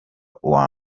uwa